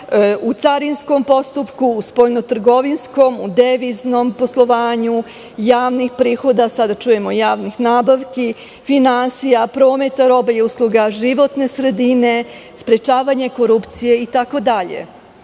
u carinskom postupku, u spoljnotrgovinskom, u deviznom poslovanju javnih prihoda, sada čujemo javnih nabavki, finansija, prometa robe i usluga, životne sredine, sprečavanja korupcije, itd.